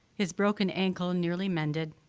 his broken ankle and nearly mended,